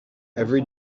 every